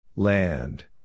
Land